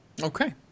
Okay